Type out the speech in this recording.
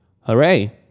hooray